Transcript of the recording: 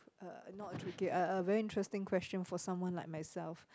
uh not tricky uh uh very interesting question for someone like myself